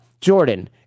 Jordan